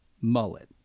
mullet